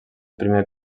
primer